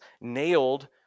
nailed